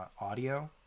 audio